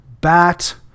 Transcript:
Bat